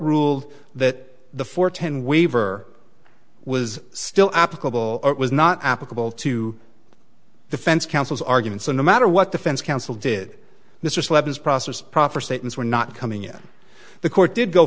ruled that the four ten waiver was still applicable was not applicable to the fence counsel's argument so no matter what defense counsel did this weapons process proper statements were not coming in the court did go